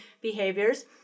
behaviors